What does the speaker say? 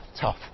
tough